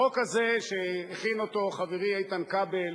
החוק הזה, שהכין אותו חברי איתן כבל,